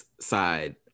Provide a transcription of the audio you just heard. side